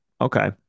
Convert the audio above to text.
Okay